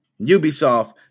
Ubisoft